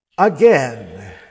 Again